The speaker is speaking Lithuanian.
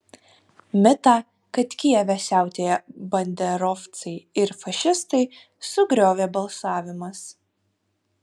mitą kad kijeve siautėja banderovcai ir fašistai sugriovė balsavimas